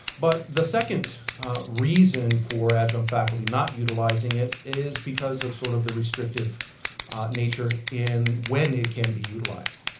but the second reason for adjunct faculty not utilizing it is because of sort of the restrictive nature in when it can be utilized.